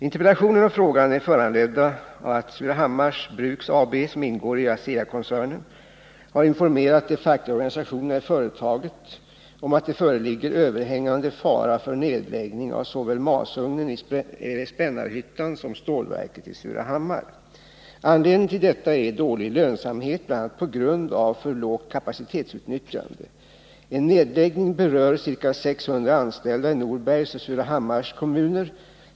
Interpellationen och frågan är föranledda av att Surahammars Bruks AB —- som ingår i ASEA-koncernen — har informerat de fackliga organisationerna i företaget om att det föreligger överhängande fara för nedläggning av såväl masugnen i Spännarhyttan som stålverket i Surahammar. Anledningen till detta är dålig lönsamhet bl.a. på grund av för lågt kapacitetsutnyttjande. En nedläggning berör ca 600 anställda i Norbergs och Surahammars kommuner.